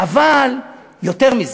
אבל יותר מזה: